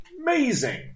amazing